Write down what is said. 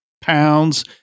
pounds